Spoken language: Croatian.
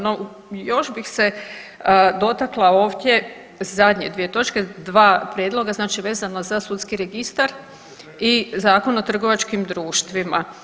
No, još bih se dotakla ovdje zadnje 2 točke, 2 prijedloga znači vezano za sudski registar i Zakon o trgovačkim društvima.